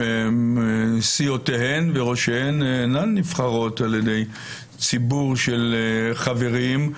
סיעותיהן וראשיהן אינם נבחרים ע"י ציבור של חברים,